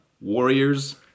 Warriors